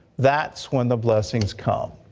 that's when the blessings come.